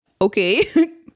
Okay